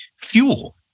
Fuel